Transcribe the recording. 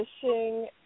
fishing